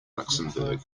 luxembourg